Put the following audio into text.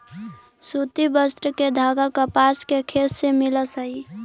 सूति वस्त्र के धागा कपास के खेत से मिलऽ हई